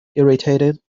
irritated